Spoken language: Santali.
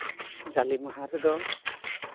ᱡᱟᱞᱮ ᱢᱟᱦᱟ ᱨᱮᱫᱚ